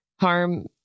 harm